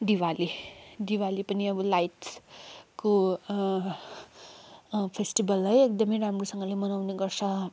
दिवाली दिवाली पनि लाइटको फेस्टिभल है एकदमै राम्रोसँगले मनाउने गर्छ